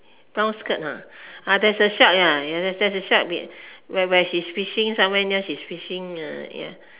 brown skirt ah ah there's a shark ya ya there's a shark where where she's fishing somewhere near she's fishing uh yeah